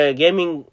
gaming